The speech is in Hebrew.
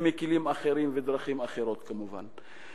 וכלים אחרים ודרכים אחרות כמובן.